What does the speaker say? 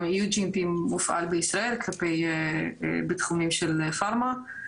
גם EUGMP מופעל בישראל בתחומים של פרמה,